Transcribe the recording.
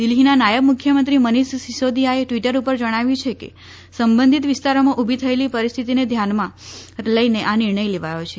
દિલ્ફીના નાયબ મુખ્યમંત્રી મનીષ સીસોદીયાએ ટ્વિટર ઉપર જણાવ્યું છે કે સંબંધીત વિસ્તારોમાં ઉભી થયેલી પરિસ્થિતિને ધ્યાનમાં લઈને આ નિર્ણય લેવાયો છે